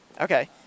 Okay